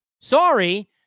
Sorry